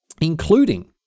including